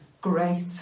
great